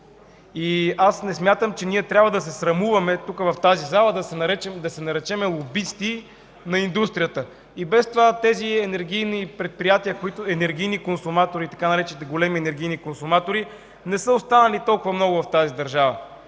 И аз не смятам, че ние трябва да се срамуваме тук, в тази зала, да се наречем „лобисти на индустрията”. И без това тези енергийни предприятия, така наречените „големи енергийни консуматори”, не са станали толкова много в тази държава.